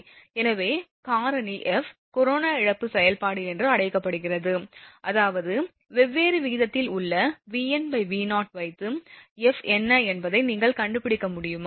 எனவே காரணி F corona இழப்பு செயல்பாடு என்று அழைக்கப்படுகிறது அதாவது வெவ்வேறு விகிதத்தில் உள்ள VnV0 வைத்து F என்ன என்பதை நீங்கள் கண்டுபிடிக்க முடியுமா